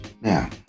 Now